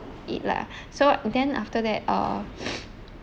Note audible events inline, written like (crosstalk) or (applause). eat lah so then after that UH (breath)